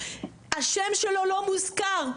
השם שלו לא מוזכר,